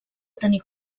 tenir